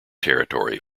territory